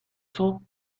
cents